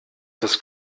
das